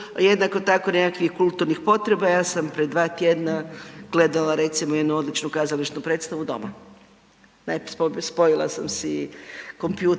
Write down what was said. jednako tako nekakvih kulturnih potreba. Ja sam prije 2 tjedna gledala jednu odlučnu kazališnu predstavu doma. Spojila sam si kompjuter